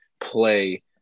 play